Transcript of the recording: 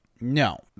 No